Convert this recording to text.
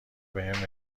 بهم